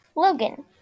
Logan